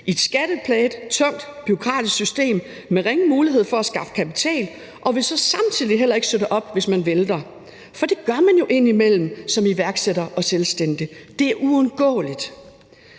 i et skatteplaget, tungt bureaukratisk system med ringe mulighed for at skaffe kapital, og hvor vi så samtidig heller ikke støtter op, hvis man vælter? For det gør man jo indimellem som iværksætter og selvstændig. Det er uundgåeligt.